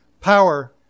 power